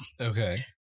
Okay